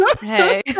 hey